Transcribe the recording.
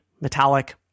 metallic